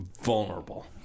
vulnerable